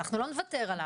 אנחנו לא נוותר עליו.